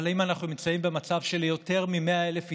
אבל אם אנחנו נמצאים במצב שליותר מ-100,000 ישראלים,